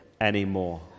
anymore